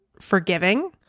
forgiving